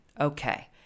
Okay